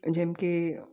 જેમકે